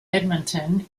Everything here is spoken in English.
edmonton